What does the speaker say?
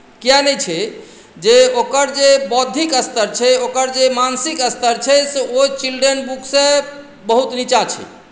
किया नहि छै जे ओकर जे बौद्धिक स्तर छै ओकर जे मानसिक स्तर छै से ओ चिल्ड्रेन बुकसँ बहुत नीचाँ छै